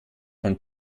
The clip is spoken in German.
von